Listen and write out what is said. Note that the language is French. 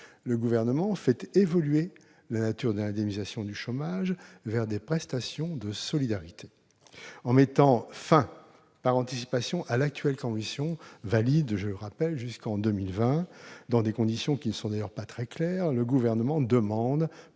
le Gouvernement fait évoluer la nature de l'indemnisation du chômage vers des prestations de solidarité. En mettant fin par anticipation à l'actuelle convention, valide jusqu'en 2020, dans des conditions qui ne sont d'ailleurs pas très claires, le Gouvernement demande